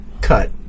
cut